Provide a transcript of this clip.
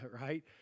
right